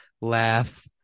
laugh